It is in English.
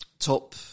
Top